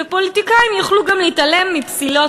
ופוליטיקאים יוכלו גם להתעלם מפסילות